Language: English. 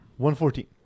114